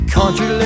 Country